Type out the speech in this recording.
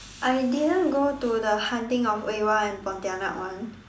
I didn't go to the Haunting of Oiwa and pontianak one